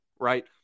right